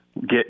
get